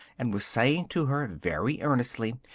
and was saying to her very earnestly,